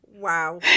Wow